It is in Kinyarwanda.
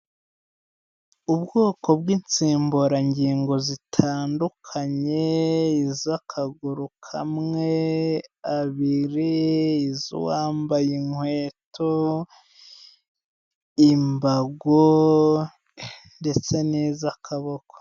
Ubwoko bw'insimburangingo zitandukanye, iz'akaguru kamwe, abiri, izo uwambaye inkweto, imbago ndetse n'iz'akaboko.